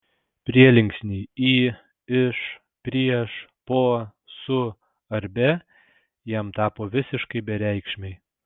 prielinksniai į iš prieš po su ar be jam tapo visiškai bereikšmiai